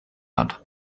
hat